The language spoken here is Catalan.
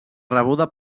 rebuda